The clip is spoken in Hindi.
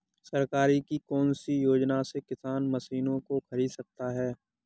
सरकार की कौन सी योजना से किसान मशीनों को खरीद सकता है?